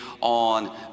on